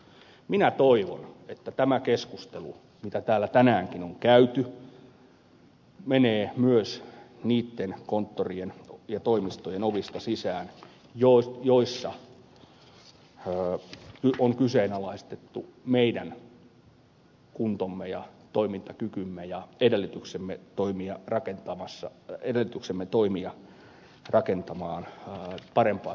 minä toivon että tämä keskustelu mitä täällä tänäänkin on käyty menee myös niitten konttorien ja toimistojen ovista sisään joissa on kyseenalaistettu meidän kuntomme ja toimintakykymme ja edellytyksemme toimia paremman suomalaisen yhteiskunnan rakentamisessa